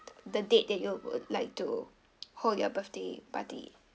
the date that you would like to hold your birthday party